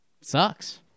Sucks